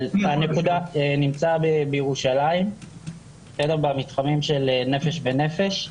אבל הנקודה האחת נמצאת בירושלים במתחמים של נפש בנפש,